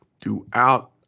throughout